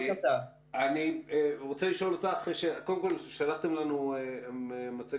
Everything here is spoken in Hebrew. שנה בהתאם לכללים שנקבעו במתווה - יש כללים לגבי הלוואות צרכניות